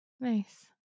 nice